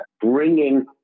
bringing